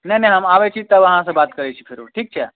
नहि नहि हम आबै छी तब अहाँसँ बात करै छी फेरो ठीक छै